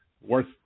worth